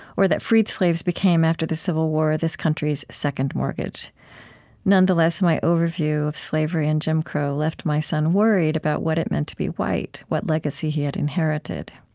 or that freed slaves became, after the civil war, this country's second mortgage nonetheless, my overview of slavery and jim crow left my son worried about what it meant to be white, what legacy he had inherited.